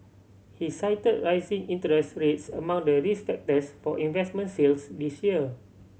he cited rising interest rates among the risk factors for investment sales this year